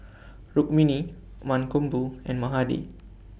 Rukmini Mankombu and Mahade